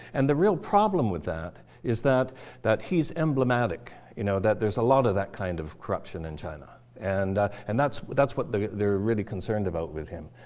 and the real problem with that is that that he's emblematic, you know that there's a lot of that kind of corruption in china. and and that's that's what they're really concerned about with him.